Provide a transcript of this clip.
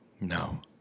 No